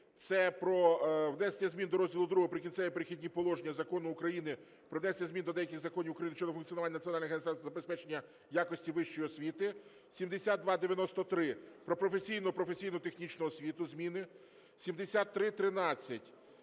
це про внесення змін до розділу ІІ "Прикінцеві і перехідні положення" Закону України "Про внесення змін до деяких законів України щодо функціонування Національного агентства забезпечення якості вищої освіти". 7293, про професійну (професійно-технічну) освіту, зміни. 7313,